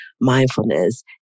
mindfulness